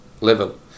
level